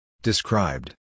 Described